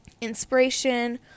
inspiration